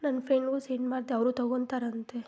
ನನ್ನ ಫ್ರೆಂಡ್ಗೂ ಸೆಂಡ್ ಮಾಡ್ದೆ ಅವರೂ ತೊಗೊಳ್ತಾರಂತೆ